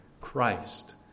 Christ